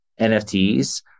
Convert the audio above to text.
NFTs